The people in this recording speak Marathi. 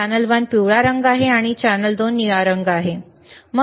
चॅनेल वन पिवळा रंग आहे चॅनेल 2 निळा रंग आहे बरोबर